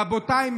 רבותיי,